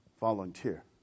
volunteer